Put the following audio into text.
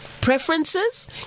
preferences